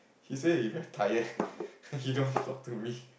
he say he very tired he don't talk to me